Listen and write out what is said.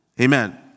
Amen